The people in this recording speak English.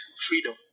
freedom